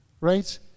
Right